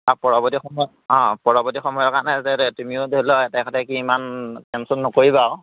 পৰৱৰ্তী সময়ত অঁ পৰৱৰ্তী সময়ৰ কাৰণে যে তুমিও ধৰি লোৱা কি ইমান টেন্চন নকৰিবা আৰু